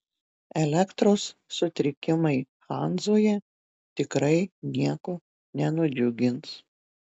elektros sutrikimai hanzoje tikrai nieko nenudžiugins